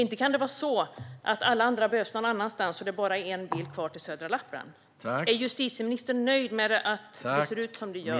Inte kan det vara så att alla andra behövs någon annanstans och att det bara är en enda bil kvar till södra Lappland? Är justitieministern nöjd med att det ser ut som det gör?